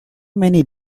many